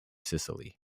sicily